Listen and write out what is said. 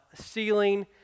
ceiling